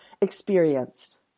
experienced